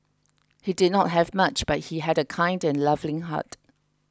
he did not have much but he had a kind and loving heart